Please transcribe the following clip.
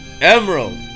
Emerald